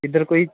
ਇੱਧਰ ਕੋਈ